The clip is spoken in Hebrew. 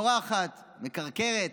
ובורחת, מקרקרת.